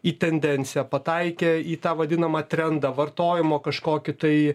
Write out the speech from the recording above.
į tendenciją pataikę į tą vadinamą trendą vartojimo kažkokį tai